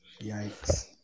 yikes